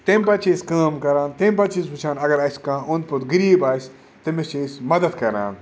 تمہِ پَتہٕ چھِ أسۍ کٲم کَران تمہِ پَتہٕ چھِ أسۍ وٕچھان اَگر اَسہِ کانٛہہ اوٚنٛد پوٚت غریٖب آسہِ تٔمِس أسۍ مَدتھ کَران